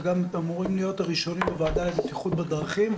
וגם אתם אמורים להיות הראשונים בוועדה לבטיחות בדרכים,